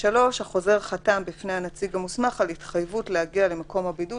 (3)החוזר חתם בפני הנציג המוסמך על התחייבות להגיע למקום הבידוד